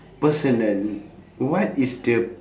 personal what is the